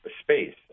space